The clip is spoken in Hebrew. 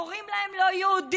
קוראים להם לא-יהודים,